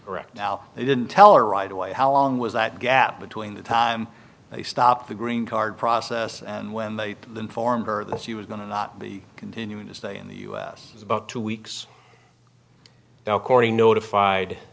correct now they didn't tell her right away how long was that gap between the time they stopped the green card process and when they informed her that she was going to not be continuing to stay in the u s about two weeks now according notified